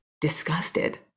disgusted